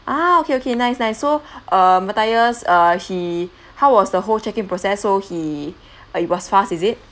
ah okay okay nice nice so uh mathius uh he how was the whole check in process so he uh it was fast is it